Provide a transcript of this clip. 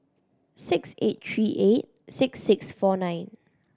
six eight three eight six six four nine